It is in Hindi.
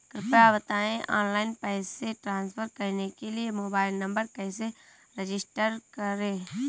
कृपया बताएं ऑनलाइन पैसे ट्रांसफर करने के लिए मोबाइल नंबर कैसे रजिस्टर करें?